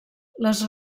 les